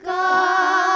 God